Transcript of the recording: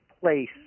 place